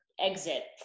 exit